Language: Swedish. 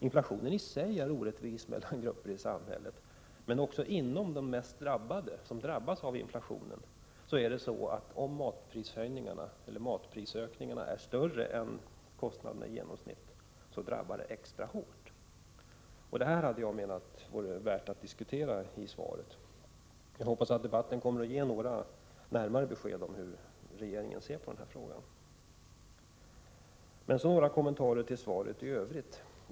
Inflationen i sig drabbar olika grupper i samhället orättvist, men de mest utsatta grupperna drabbas extra hårt av sådana matprisökningar som är högre än kostnaderna i genomsnitt. Detta hade varit värt att diskutera i svaret. Jag hoppas att löneministern under debatten kommer att ge några närmare besked om hur regeringen ser på frågan. Jag vill också göra några kommentarer till svaret i övrigt.